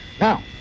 Now